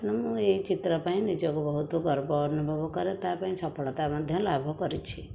ତେଣୁ ମୁଁ ଏହି ଚିତ୍ର ପାଇଁ ନିଜକୁ ବହୁତ ଗର୍ବ ଅନୁଭବ କରେ ତା ପାଇଁ ସଫଳତା ମଧ୍ୟ ଲାଭ କରିଛି